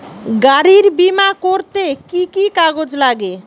গাড়ীর বিমা করতে কি কি কাগজ লাগে?